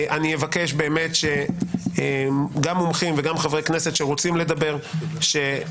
אני אבקש באמת שגם מומחים וגם חברי כנסת שרוצים לדבר שיגידו,